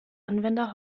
anwender